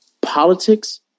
politics